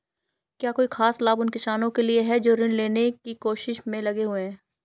क्या कोई खास लाभ उन किसानों के लिए हैं जो ऋृण लेने की कोशिश में लगे हुए हैं?